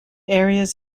areas